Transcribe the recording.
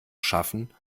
schaffen